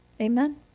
Amen